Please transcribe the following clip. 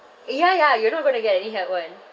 ya ya you're not going to get any help [one]